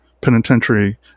penitentiary